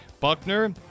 Buckner